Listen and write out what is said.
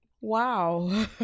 Wow